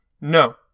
No